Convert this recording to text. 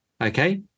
okay